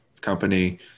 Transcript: company